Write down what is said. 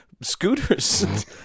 scooters